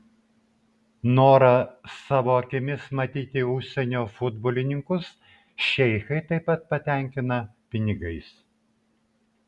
norą savo akimis matyti užsienio futbolininkus šeichai taip pat patenkina pinigais